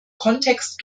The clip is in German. kontext